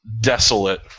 desolate